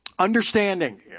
Understanding